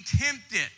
tempted